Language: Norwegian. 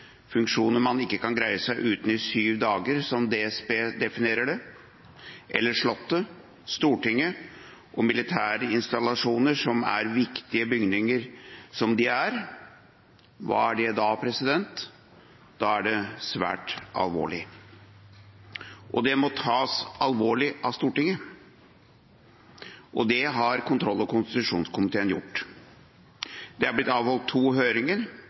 funksjoner man ikke kan greie seg uten i mer enn syv dager, slik DSB definerer det, eller slottet, Stortinget og militære installasjoner, som de viktige bygningene de er – hva er det da? Jo, det er svært alvorlig, og det må tas alvorlig av Stortinget. Det har kontroll- og konstitusjonskomiteen gjort. Det er blitt avholdt to høringer